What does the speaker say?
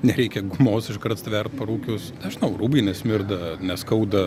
nereikia gumos iškart stvert parūkius nežinau rūbai nesmirda neskauda